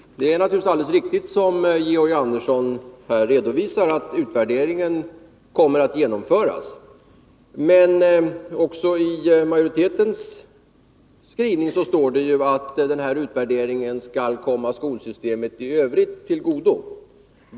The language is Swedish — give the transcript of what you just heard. Fru talman! Det är naturligtvis alldeles riktigt, som Georg Andersson redovisar, att utvärderingen kommer att genomföras. Men också i majoritetens skrivning står det att den här utvärderingen skall komma skolsystemet i övrigt till godo.